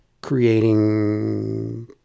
creating